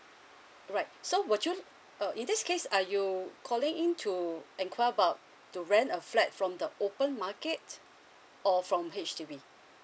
alright so would you uh in this case are you calling in to inquire about to rent a flat from the open market or from H_D_B